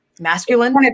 Masculine